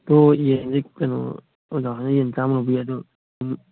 ꯑꯗꯣ ꯌꯦꯟꯁꯦ ꯀꯩꯅꯣ ꯑꯣꯖꯥ ꯍꯣꯏꯅ ꯌꯦꯟ ꯆꯥꯝꯃ ꯂꯧꯕꯤ ꯑꯗꯣ ꯑꯗꯨꯝ